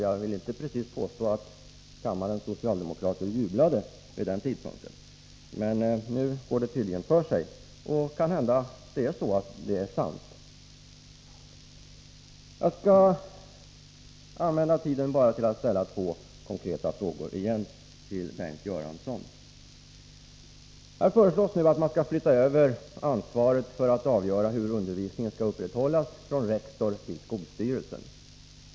Jag vill inte påstå att kammarens socialdemokrater då jublade precis! Men nu går det tydligen bra att uttrycka sig så. Och kanhända är påståendet sant. Jag skall bara återigen ställa två konkreta frågor till Bengt Göransson. Här föreslås nu att man skall flytta över ansvaret för att avgöra hur undervisningen skall upprätthållas från rektor till skolstyrelse.